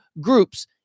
groups